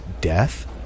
death